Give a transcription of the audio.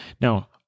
Now